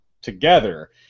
together